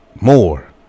more